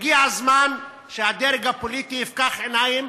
הגיע הזמן שהדרג הפוליטי יפקח עיניים,